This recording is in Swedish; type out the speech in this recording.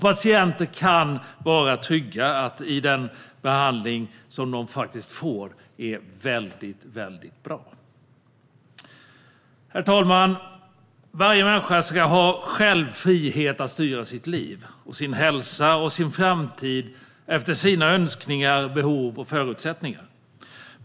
Patienter kan vara trygga med att den behandling de får är väldigt bra. Herr talman! Varje människa ska själv ha frihet att styra sitt liv, sin hälsa och sin framtid efter sina önskningar, behov och förutsättningar.